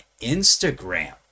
Instagram